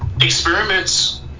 experiments